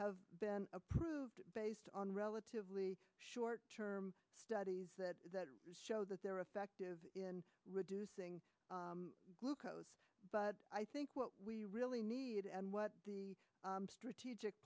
have been approved based on relatively short term studies that show that they're effective in reducing glucose but i think what we really need and what the strategic